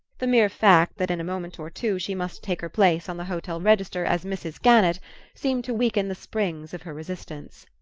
the mere fact that in a moment or two she must take her place on the hotel register as mrs. gannett seemed to weaken the springs of her resistance.